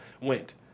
went